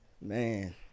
Man